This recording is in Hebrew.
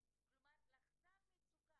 לפני שלוש או ארבע שנים,